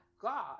God